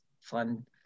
fun